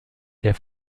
der